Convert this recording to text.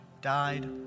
died